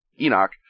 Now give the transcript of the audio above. Enoch